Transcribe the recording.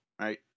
right